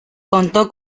contó